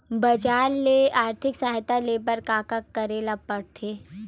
बजार ले आर्थिक सहायता ले बर का का करे ल पड़थे?